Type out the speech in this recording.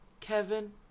Kevin